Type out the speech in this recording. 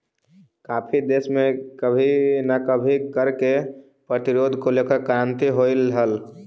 काफी देशों में कभी ना कभी कर के प्रतिरोध को लेकर क्रांति होलई हल